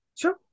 Sure